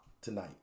tonight